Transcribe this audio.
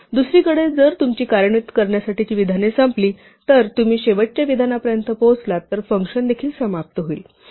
दुसरीकडे जर तुमची कार्यान्वित करण्यासाठी विधाने संपली जर तुम्ही शेवटच्या विधानापर्यंत पोहोचलात तर फंक्शन देखील समाप्त होईल